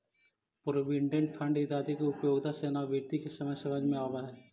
provident fund इत्यादि के उपयोगिता सेवानिवृत्ति के समय समझ में आवऽ हई